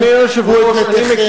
קחו את מתיכם.